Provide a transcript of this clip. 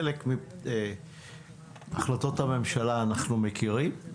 חלק מהחלטות הממשלה אנחנו מכירים,